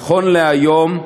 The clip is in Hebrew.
נכון להיום,